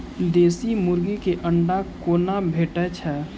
देसी मुर्गी केँ अंडा कोना भेटय छै?